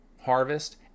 harvest